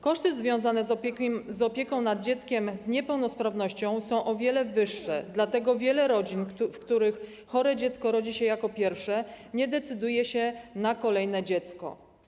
Koszty związane z opieką nad dzieckiem z niepełnosprawnością są o wiele wyższe, dlatego wiele rodzin, w których chore dziecko rodzi się jako pierwsze, nie decyduje się na kolejne dziecko.